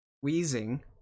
Wheezing